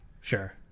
Sure